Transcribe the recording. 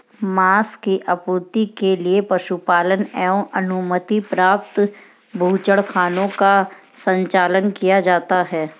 माँस की आपूर्ति के लिए पशुपालन एवं अनुमति प्राप्त बूचड़खानों का संचालन किया जाता है